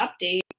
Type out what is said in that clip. update